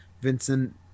Vincent